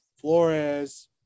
Flores